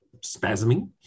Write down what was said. spasming